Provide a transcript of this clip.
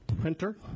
printer